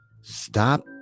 Stop